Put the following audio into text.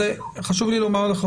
חשוב לי לומר לך,